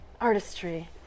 artistry